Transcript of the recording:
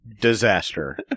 Disaster